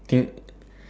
I think